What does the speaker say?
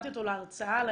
ואני